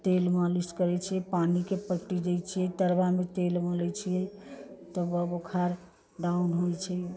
तेल मालिश करै छियै पानिके पट्टी दै छियै तरबामे तेल मले छियै तब ओ बोखार डाउन होइ छै